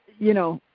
you know,